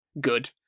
good